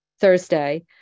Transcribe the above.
Thursday